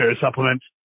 supplements